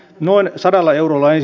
noin sadalla eurolla ei